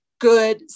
good